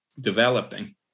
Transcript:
developing